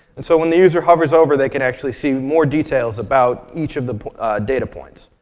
and so when the user hovers over, they can actually see more details about each of the data points.